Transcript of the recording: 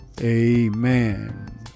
Amen